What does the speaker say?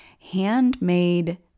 handmade